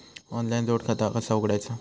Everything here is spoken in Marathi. ऑनलाइन जोड खाता कसा उघडायचा?